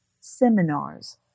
seminars